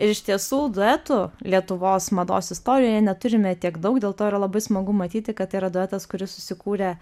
iš tiesų duetų lietuvos mados istorijoje neturime tiek daug dėl to yra labai smagu matyti kad tai yra duetas kuris susikūrė